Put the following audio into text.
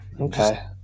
Okay